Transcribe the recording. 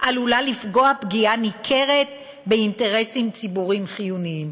עלולה לפגוע פגיעה ניכרת באינטרסים ציבוריים חיוניים.